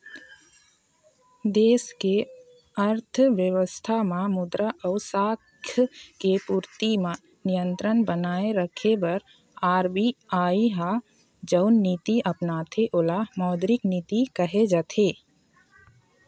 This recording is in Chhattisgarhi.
देस के अर्थबेवस्था म मुद्रा अउ साख के पूरति म नियंत्रन बनाए रखे बर आर.बी.आई ह जउन नीति अपनाथे ओला मौद्रिक नीति कहे जाथे